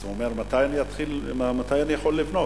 אז הוא אומר: מתי אני יכול לבנות?